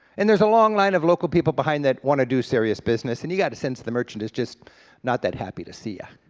and there's a long line of local people behind that want to do serious business, and you got a sense the merchant is just not that happy to see yeah